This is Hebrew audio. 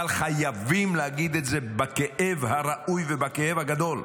אבל חייבים להגיד את זה בכאב הראוי ובכאב הגדול.